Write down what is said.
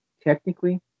Technically